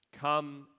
come